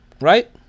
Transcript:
right